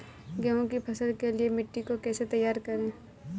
गेहूँ की फसल के लिए मिट्टी को कैसे तैयार करें?